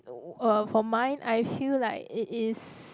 uh for mine I feel like it is